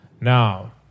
Now